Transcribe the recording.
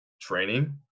training